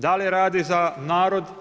Da li radi za narod?